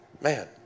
Man